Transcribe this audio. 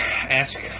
ask